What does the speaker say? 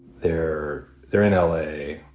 they're there in l a.